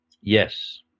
Yes